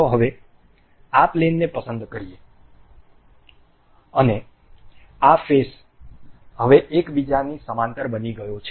ચાલો હવે આ પ્લેનને પસંદ કરીએ અને આ ફેસ હવે એક બીજાની સમાંતર બની ગયો છે